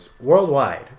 worldwide